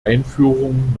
einführung